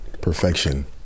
perfection